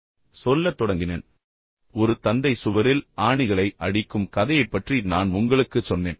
எனவே இறுதியில் ஒரு தந்தை சுவரில் ஆணிகளை அடிக்கும் கதையைப் பற்றி நான் உங்களுக்குச் சொன்னேன்